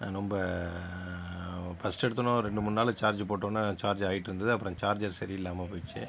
ரொம்ப ஃபஸ்ட்டு எடுத்தவுடனே ஒரு ரெண்டு மூணு நாள் சார்ஜ் போட்டவுடனே சார்ஜ் ஆகிட்டுருந்தது அப்புறம் சார்ஜர் சரியில்லாம போய்டுச்சு